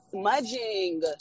smudging